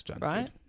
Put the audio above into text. right